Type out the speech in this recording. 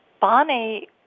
Bonnie